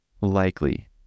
likely